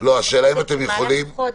במהלך החודש.